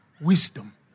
wisdom